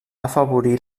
afavorir